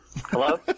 Hello